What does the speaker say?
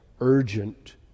urgent